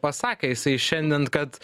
pasakė jisai šiandien kad